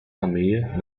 armee